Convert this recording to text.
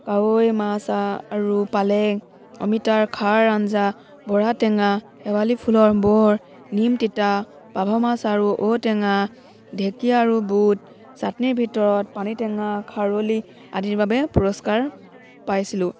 কাৱৈ মাছ আৰু পালেং অমিতাৰ খাৰ আঞ্জা বৰ্হা টেঙা শেৱালি ফুলৰ বৰ নিম তিতা পাভ মাছ আৰু ঔটেঙা ঢেঁকীয়া আৰু বুট চাটনিৰ ভিতৰত পানী টেঙা খাৰলি আদিৰ বাবে পুৰস্কাৰ পাইছিলোঁ